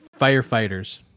firefighters